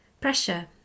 pressure